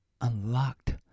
unlocked